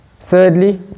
thirdly